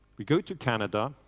we go to canada,